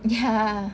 yeah